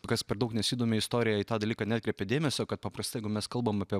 kas per daug nesidomi istorija į tą dalyką neatkreipia dėmesio kad paprastai jeigu mes kalbam apie